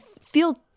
feel